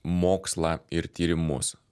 mokslą ir tyrimus